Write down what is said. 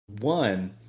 one